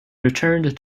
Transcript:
returned